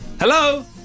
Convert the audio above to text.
Hello